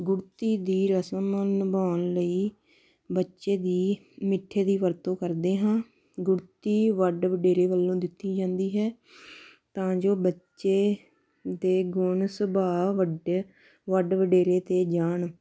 ਗੁੜਤੀ ਦੀ ਰਸਮ ਨਿਭਾਉਣ ਲਈ ਬੱਚੇ ਦੀ ਮਿੱਠੇ ਦੀ ਵਰਤੋਂ ਕਰਦੇ ਹਾਂ ਗੁੜਤੀ ਵੱਡ ਵਡੇਰੇ ਵੱਲੋਂ ਦਿੱਤੀ ਜਾਂਦੀ ਹੈ ਤਾਂ ਜੋ ਬੱਚੇ ਦੇ ਗੁਣ ਸੁਭਾਅ ਵੱਡੇ ਵੱਡ ਵਡੇਰੇ 'ਤੇ ਜਾਣ